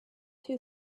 two